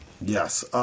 Yes